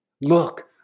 Look